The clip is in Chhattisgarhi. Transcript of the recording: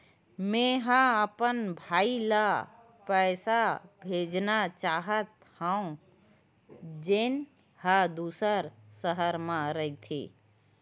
मेंहा अपन भाई ला पइसा भेजना चाहत हव, जेन हा दूसर शहर मा रहिथे